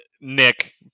Nick